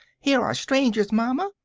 here are strangers, mama!